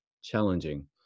challenging